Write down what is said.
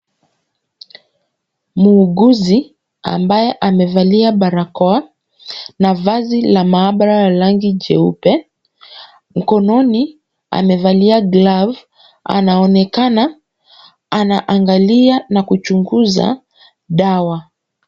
Muuguzi ambaye amevalia barakoa na na vazi la maabara ya rangi jeupe, mikononi amevalia glavu. Anaonekana anaangalia na kuchunguza dawa.